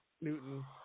Newton